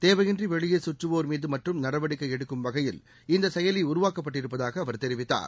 தேவையின்றி வெளியே சுற்றுவோா் மீது மட்டும் நடவடிக்கை எடுக்கும் வகையில் இந்த செயலி உருவாக்கப்பட்டிருப்பதாக அவர் தெரிவித்தார்